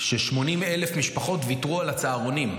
ש-80,000 משפחות ויתרו על הצהרונים.